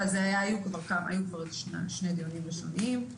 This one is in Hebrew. היו שני דיונים ראשוניים.